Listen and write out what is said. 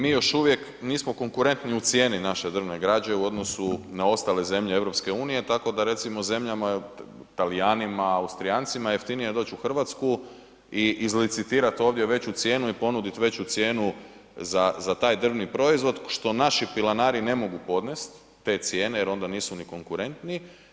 Mi još uvijek nismo konkurentni u cijeni naše drvne građe u odnosu na ostale zemlje EU, tako da recimo Talijanima, Austrijancima je jeftinije doći u Hrvatsku i izlicitirati ovdje veću cijenu i ponuditi veću cijenu za taj drvni proizvod što naši pilanari ne mogu podnest te cijene jer onda nisu ni konkurentni.